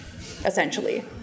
essentially